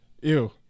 Ew